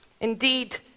Indeed